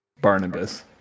Barnabas